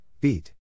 Beat